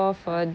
uh